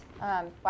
Wow